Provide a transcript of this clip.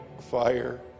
fire